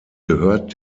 gehört